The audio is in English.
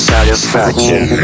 Satisfaction